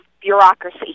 bureaucracy